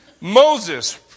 Moses